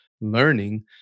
learning